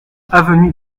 avenue